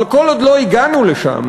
אבל כל עוד לא הגענו לשם,